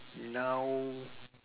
now